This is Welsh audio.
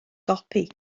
gopi